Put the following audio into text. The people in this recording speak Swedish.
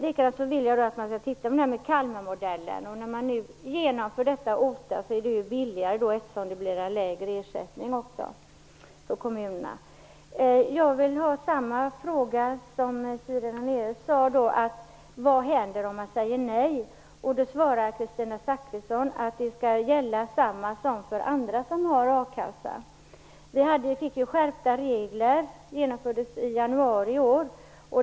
Likadant vill jag att man skall titta närmare på Kalmarmodellen. OTA blir ju billigare för kommunerna eftersom det också ger en lägre ersättning. Jag vill ställa samma fråga som Siri Dannaeus: Vad händer om man säger nej? På den svarade Kristina Zakrisson att samma regler skall gälla här som för andra som har a-kassa. Skärpta regler genomfördes ju i januari i år.